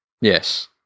Yes